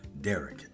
Derek